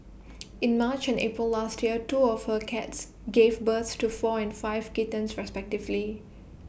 in March and April last year two of her cats gave birth to four and five kittens respectively